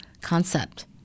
concept